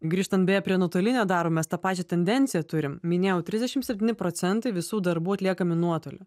grįžtant beje prie nuotolinio darbo mes tą pačią tendenciją turim minėjau trisdešim septyni procentai visų darbų atliekami nuotoliu